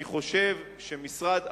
אני חושב שמשרד התחבורה,